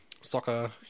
soccer